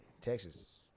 Texas